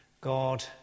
God